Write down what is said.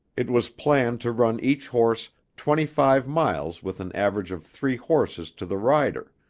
it was planned to run each horse twenty-five miles with an average of three horses to the rider